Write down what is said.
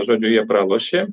žodžiu jie pralošė